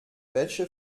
welche